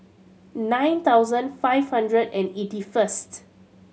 nine thousand five hundred and eighty first